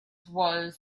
was